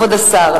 כבוד השר,